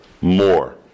more